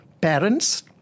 Parents